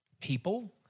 People